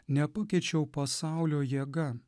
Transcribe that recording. nepakeičiau pasaulio jėga